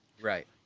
Right